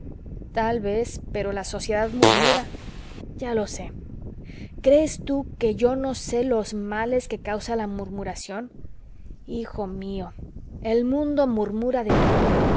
tal vez pero la sociedad murmura ya lo sé crees tú que yo no sé los males que causa la murmuración hijo mío el mundo murmura de todo